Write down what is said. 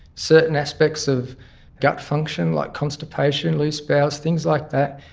certain aspects of gut function like constipation, loose bowels, things like that,